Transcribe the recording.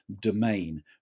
domain